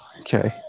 Okay